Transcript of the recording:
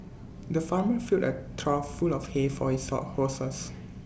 the farmer filled A trough full of hay for his horses